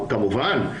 כמובן.